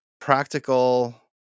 practical